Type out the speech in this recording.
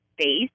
space